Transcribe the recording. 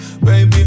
Baby